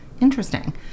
interesting